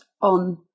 on